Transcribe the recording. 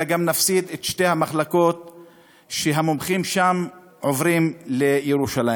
אלא גם נפסיד את שתי המחלקות שהמומחים מהן עוברים לירושלים.